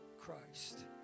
Christ